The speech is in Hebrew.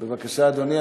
בבקשה, אדוני.